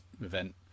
event